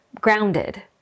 grounded